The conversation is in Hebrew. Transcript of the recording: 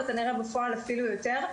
וכנראה בפועל אפילו יותר.